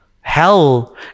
Hell